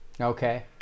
Okay